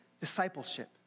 discipleship